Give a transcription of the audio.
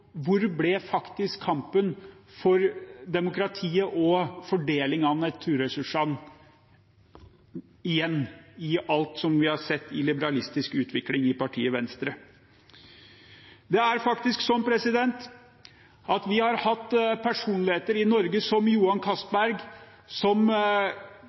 hvor kampen for demokratiet og fordeling av naturressursene faktisk ble av, i alt vi har sett av liberalistisk utvikling i partiet Venstre. Vi har i Norge hatt personligheter som Johan Castberg, som representerte Arbeiderdemokratene, men som